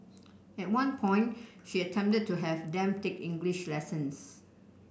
at one point she attempted to have them take English lessons